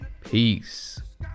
Peace